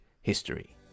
history